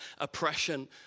oppression